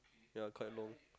ya quite long